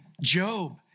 Job